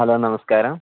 hello നമസ്കാരം